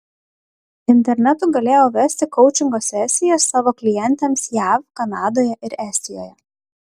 internetu galėjau vesti koučingo sesijas savo klientėms jav kanadoje ir estijoje